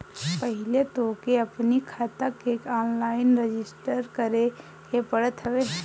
पहिले तोहके अपनी खाता के ऑनलाइन रजिस्टर करे के पड़त हवे